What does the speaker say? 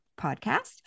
podcast